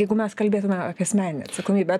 jeigu mes kalbėtume apie asmeninę atsakomybę